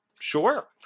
Sure